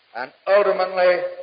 and ultimately,